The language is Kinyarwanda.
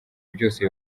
byose